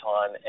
Time